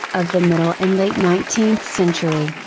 of the middle and late nineteenth century,